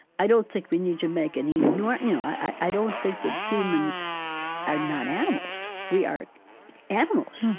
i don't think we need to make and you know any you know i i don't think that humans are not animals. we are animals.